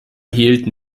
hielten